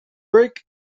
brick